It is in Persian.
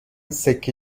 سکه